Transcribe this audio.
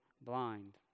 blind